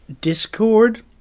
discord